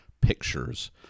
pictures